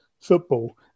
football